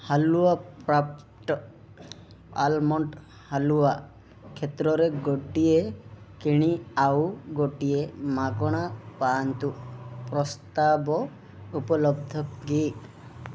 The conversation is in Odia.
ହାଲୁଆ ଆଲ୍ମଣ୍ଡ ହାଲୁଆ କ୍ଷେତ୍ରରେ ଗୋଟିଏ କିଣି ଆଉ ଗୋଟିଏ ମାଗଣା ପାଆନ୍ତୁ ପ୍ରସ୍ତାବ ଉପଲବ୍ଧ କି